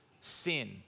Sin